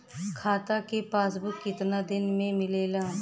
खाता के पासबुक कितना दिन में मिलेला?